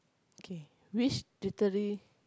okay which literary~